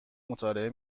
مطالعه